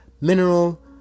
mineral